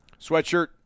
Sweatshirt